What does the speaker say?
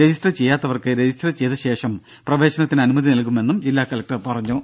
register ചെയ്യാത്തവർക്ക് register ചെയ്ത ശേഷം പ്രവേശനത്തിന് അനുമതി നൽകുമെന്നും ജില്ലാ കലക്ടർ അറിയിച്ചു